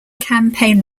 campaign